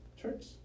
Church